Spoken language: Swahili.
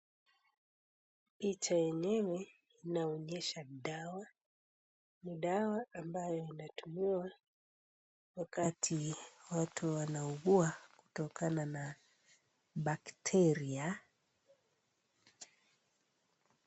Picha yenyewe inaonyesha dawa, ni dawa ambayo inatumiwa wakati watu wanaugua kutokana na bakteria.